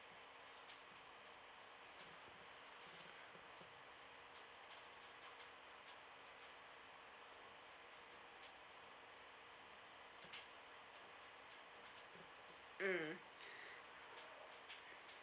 mm